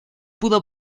pudo